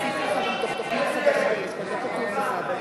ההסתייגויות לסעיף 15,